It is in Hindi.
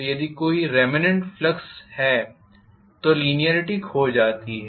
तो यदि कोई रेमनेंट फ्लक्स है तो लिनीयरीटी खो जाती है